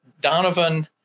Donovan